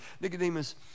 nicodemus